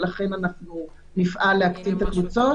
ולכן נפעל להקטין את הקבוצות,